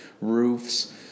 roofs